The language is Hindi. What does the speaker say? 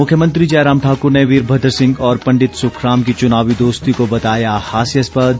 मुख्यमंत्री जयराम ठाकूर ने वीरभद्र सिंह और पंडित सुखराम की चुनावी दोस्ती को बताया हास्यास्पद